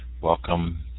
Welcome